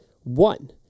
One